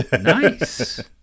nice